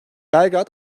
belgrad